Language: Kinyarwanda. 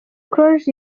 close